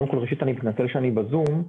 ראשית, אני מתנצל שאני בזום.